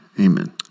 Amen